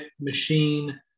machine